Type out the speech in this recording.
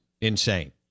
insane